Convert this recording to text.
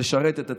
לשרת את הציבור.